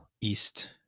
East